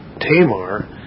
Tamar